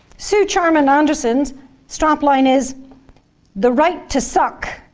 suw charman-anderson's strapline is the right to suck,